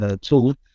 tool